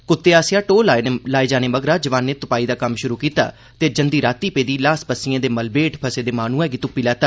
कुत्ते आस्सेआ टोह लाने मगरा जोआने तुपाई दा कम्म शुरू कीता ते जंदी रातीं पेदी ल्हास पस्सियें दे मलबे हेठ फसे दे माहनूएं गी तुप्पी लैता